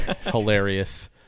Hilarious